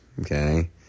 Okay